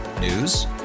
News